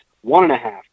one-and-a-half